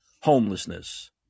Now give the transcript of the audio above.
homelessness